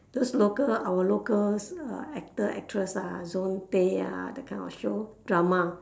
those local our local uh actor actress ah zoey tay ah that kind of show drama